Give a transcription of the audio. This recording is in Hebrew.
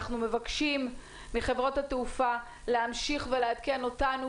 אנחנו מבקשים מחברות התעופה להמשיך ולעדכן אותנו,